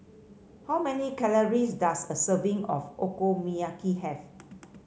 how many calories does a serving of Okonomiyaki have